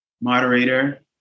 moderator